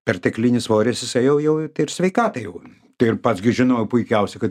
perteklinis svoris jisai jau jau ir sveikatai jau tai ir pats gi žinojau puikiausiai kad